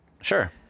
sure